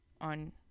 on